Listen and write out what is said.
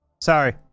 sorry